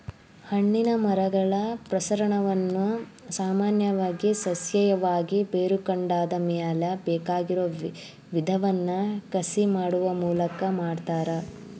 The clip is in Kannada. ಹಣ್ಣಿನ ಮರಗಳ ಪ್ರಸರಣವನ್ನ ಸಾಮಾನ್ಯವಾಗಿ ಸಸ್ಯೇಯವಾಗಿ, ಬೇರುಕಾಂಡದ ಮ್ಯಾಲೆ ಬೇಕಾಗಿರೋ ವಿಧವನ್ನ ಕಸಿ ಮಾಡುವ ಮೂಲಕ ಮಾಡ್ತಾರ